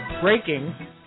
Breaking